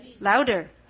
Louder